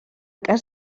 cas